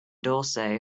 dulce